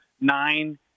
nine